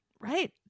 Right